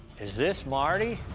is this marty?